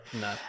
No